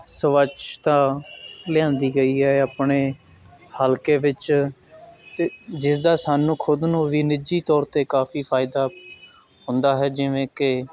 ਸਵੱਛਤਾ ਲਿਆਂਦੀ ਗਈ ਹੈ ਆਪਣੇ ਹਲਕੇ ਵਿੱਚ ਅਤੇ ਜਿਸਦਾ ਸਾਨੂੰ ਖੁਦ ਨੂੰ ਵੀ ਨਿੱਜੀ ਤੌਰ 'ਤੇ ਕਾਫੀ ਫਾਇਦਾ ਹੁੰਦਾ ਹੈ ਜਿਵੇਂ ਕਿ